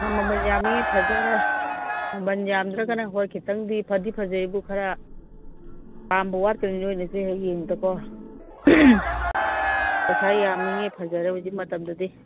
ꯄꯩꯁꯥ ꯃꯃꯜ ꯌꯥꯝꯃꯤꯕꯃꯈꯩ ꯐꯖꯔꯦ ꯃꯃꯜ ꯌꯥꯝꯗ꯭ꯔꯥꯒꯅ ꯍꯣꯏ ꯈꯤꯇꯪꯗꯤ ꯐꯗꯤ ꯐꯖꯩꯌꯦꯕꯨ ꯈꯔ ꯄꯥꯝꯕ ꯋꯥꯠꯀꯅꯤ ꯅꯣꯏꯅꯁꯨ ꯍꯦꯛ ꯌꯦꯡꯕꯗꯀꯣ ꯄꯩꯁꯥ ꯌꯥꯝꯃꯤꯕꯃꯈꯩ ꯐꯖꯔꯦ ꯍꯧꯖꯤꯛ ꯃꯇꯝꯗꯗꯤ